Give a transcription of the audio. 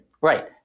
Right